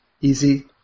easy